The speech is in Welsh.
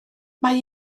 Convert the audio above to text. mae